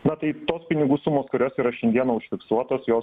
na tai tos pinigų sumos kurios yra šiandieną užfiksuotos jos